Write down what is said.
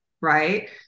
right